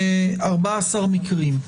14 מקרים.